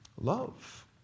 Love